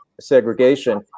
segregation